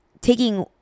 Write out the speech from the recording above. taking